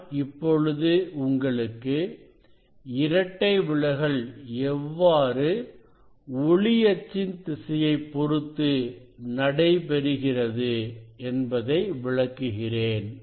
நான் இப்பொழுது உங்களுக்கு இரட்டை விலகல் எவ்வாறு ஒளி அச்சின் திசையைப் பொறுத்து நடைபெறுகிறது என்பதை விளக்குகிறேன்